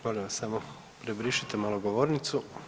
Molim vas samo prebrišite malo govornicu.